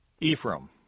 Ephraim